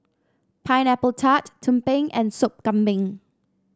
Pineapple Tart tumpeng and Sop Kambing